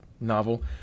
novel